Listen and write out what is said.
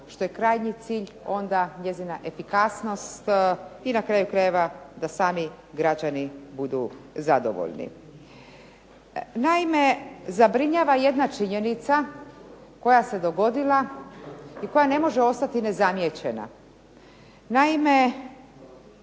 što je krajnji cilj, onda njezina efikasnost i na kraju krajeva da sami građani budu zadovoljni. Naime, zabrinjava jedna činjenica koja se dogodila i koja ne može ostati nezamijećena. Naime,